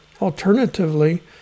Alternatively